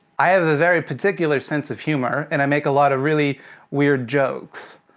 i have a very particular sense of humor, and i make a lot of really weird jokes.